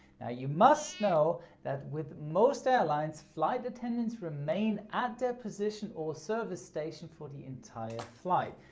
now, you must know that with most airlines flight attendants remain at their position or service station for the entire flight.